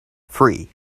free